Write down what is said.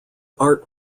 art